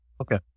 Okay